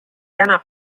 täna